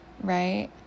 Right